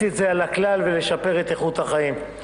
את זה על הכלל ולשפר את איכות החיים.